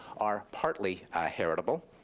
are partly heritable.